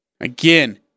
Again